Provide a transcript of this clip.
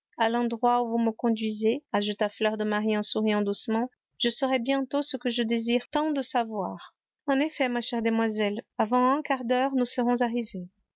à l'endroit où vous me conduisez ajouta fleur de marie en souriant doucement je saurai bientôt ce que je désire tant de savoir en effet ma chère demoiselle avant un quart d'heure nous serons arrivées